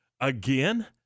again